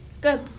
Good